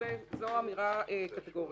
האמירה הקטגורית.